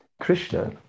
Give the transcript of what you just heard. krishna